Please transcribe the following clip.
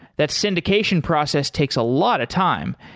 that syndication process takes a lot of time.